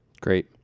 Great